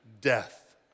death